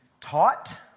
taught